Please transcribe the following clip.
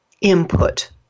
input